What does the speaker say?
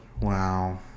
Wow